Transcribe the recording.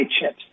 chips